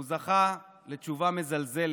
הוא זכה לתשובה מזלזלת,